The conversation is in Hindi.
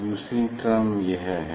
दूसरी टर्म यह है